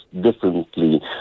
differently